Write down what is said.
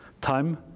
time